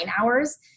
hours